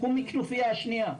הוא מכנופייה השנייה.